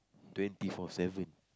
twenty four seven